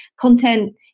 content